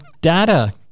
data